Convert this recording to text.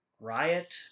riot